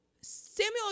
Samuel